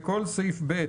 לכל סעיף (ב),